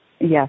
Yes